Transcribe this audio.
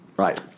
Right